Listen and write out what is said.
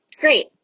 great